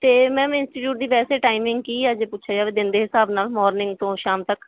ਅਤੇ ma'am institute ਦੀ ਵੈਸੇ ਟਾਈਮਿੰਗ ਕੀ ਹੈ ਜੇ ਪੁੱਛਿਆ ਜਾਵੇ ਦਿਨ ਦੇ ਹਿਸਾਬ ਨਾਲ ਮੋਰਨਿੰਗ ਤੋਂ ਸ਼ਾਮ ਤੱਕ